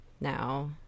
now